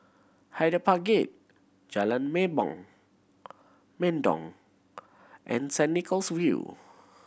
Hyde Park Gate Jalan Mendong and Saint Nicholas View